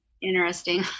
interesting